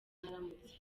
mwaramutse